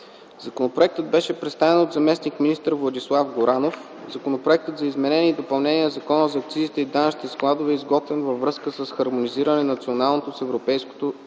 Законопроектът беше представен от заместник-министър Владислав Горанов. Законопроектът за изменение и допълнение на Закона за акцизите и данъчните складове е изготвен във връзка с хармонизиране на националното с европейското акцизно